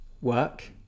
work